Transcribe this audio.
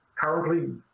currently